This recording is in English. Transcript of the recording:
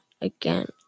again